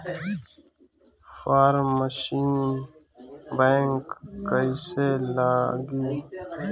Form machine bank कईसे लागी?